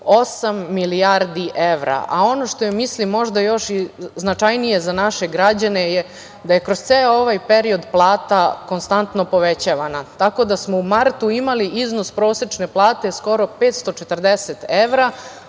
milijardi evra. Ono što je mislim, možda još značajnije za naše građane je da je kroz ceo ovaj period plata konstantno povećavana. Tako da, smo u martu imali iznos prosečne plate skoro 540 evra,